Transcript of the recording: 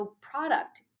product